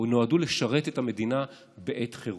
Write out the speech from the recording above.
את המדינה בעת חירום.